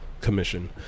commission